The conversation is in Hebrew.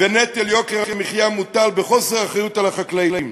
ונטל יוקר המחיה מוטל בחוסר אחריות על החקלאים.